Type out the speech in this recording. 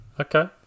Okay